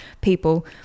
people